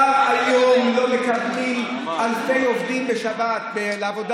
כבר היום לא מקבלים אלפי עובדים לעבודה